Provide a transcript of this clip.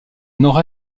nord